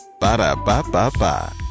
Ba-da-ba-ba-ba